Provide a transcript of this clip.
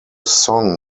song